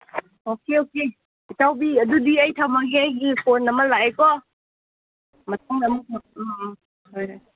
okay okay ꯏꯇꯥꯎꯕꯤ ꯑꯗꯨꯗꯤ ꯑꯩ ꯊꯝꯃꯒꯦ ꯑꯩꯒꯤ ꯐꯣꯟ ꯑꯃ ꯂꯥꯛꯑꯦꯀꯣ ꯃꯇꯨꯡꯗ ꯑꯃꯨꯛ ꯎꯝ ꯍꯣꯏ ꯍꯣꯏ